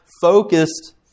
focused